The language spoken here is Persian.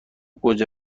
گوجه